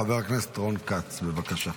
חבר הכנסת רון כץ, בבקשה.